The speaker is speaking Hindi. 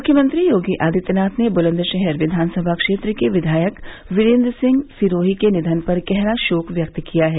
मुख्यमंत्री योगी आदित्यनाथ ने बुलंदशहर विधान सभा क्षेत्र के विधायक वीरेंद्र सिंह सिरोही के निधन पर गहरा शोक व्यक्त किया है